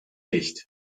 nicht